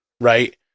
right